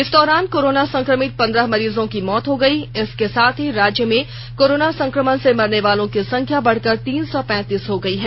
इस दौरान कोरोना संक्रमित पंद्रह मरीजों की मौत हो गयी इसके साथ ही राज्य में कोरोना संक्रमण से मरने वालों की संख्या बढ़कर तीन सौ पैतीस हो गयी है